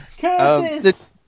Curses